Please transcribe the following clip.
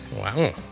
Wow